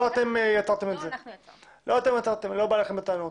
לא אתם יצרתם את זה ואני לא בא אליכם בטענות